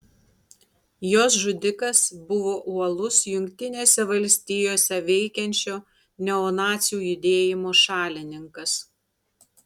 jos žudikas buvo uolus jungtinėse valstijose veikiančio neonacių judėjimo šalininkas